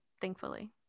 Thankfully